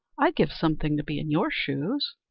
i'd give something to be in your shoes.